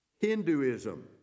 Hinduism